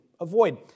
Avoid